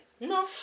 No